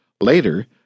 Later